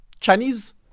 Chinese